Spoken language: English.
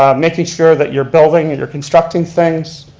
um making sure that your building, that your constructing things.